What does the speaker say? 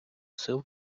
сил